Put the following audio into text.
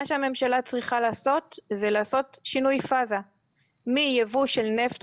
מה שהממשלה צריכה לעשות זה לעשות שינוי גישה מייבוא של נפט גולמי,